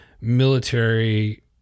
military